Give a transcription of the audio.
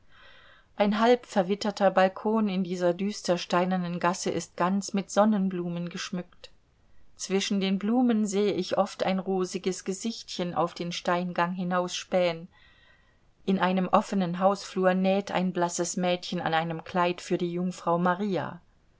ein halb verwitterter balkon in dieser düster steinernen gasse ist ganz mit sonnenblumen geschmückt zwischen den blumen sehe ich oft ein rosiges gesichtchen auf den steingang hinausspähen in einem offenen hausflur näht ein blasses mädchen an einem kleid für die jungfrau maria